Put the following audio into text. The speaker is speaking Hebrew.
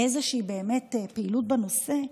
איזושהי פעילות בנושא?